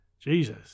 Jesus